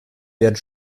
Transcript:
werden